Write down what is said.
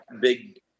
big